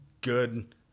good